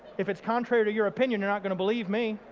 if it's contrary to your opinion you're not going to believe me.